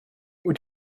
wyt